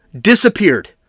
disappeared